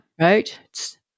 Right